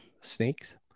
Snakes